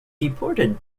deported